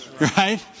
Right